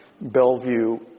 Bellevue